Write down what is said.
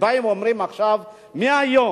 שבאים ואומרים עכשיו: מהיום,